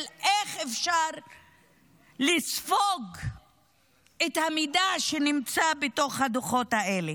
איך אפשר לספוג את המידע שיש בדוחות האלה: